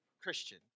Christian